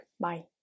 Bye